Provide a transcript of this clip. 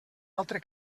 altre